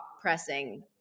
pressing